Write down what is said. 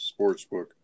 Sportsbook